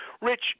Rich